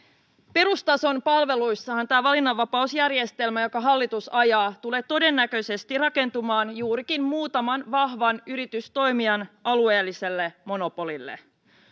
perustason palveluissahan tämä valinnanvapausjärjestelmä jota hallitus ajaa tulee todennäköisesti rakentumaan juurikin muutaman vahvan yritystoimijan alueelliselle monopolille